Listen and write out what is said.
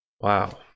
Wow